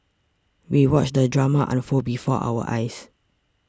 we watched the drama unfold before our eyes